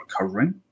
recovering